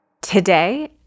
Today